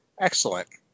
Excellent